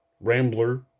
Rambler